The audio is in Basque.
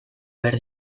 behar